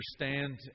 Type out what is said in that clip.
understand